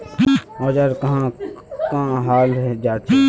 औजार कहाँ का हाल जांचें?